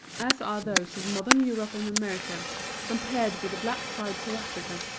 as are those of modern europe and america compared with the black tribes of africa.